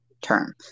term